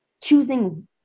choosing